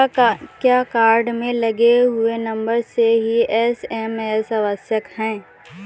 क्या कार्ड में लगे हुए नंबर से ही एस.एम.एस आवश्यक है?